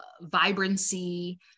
vibrancy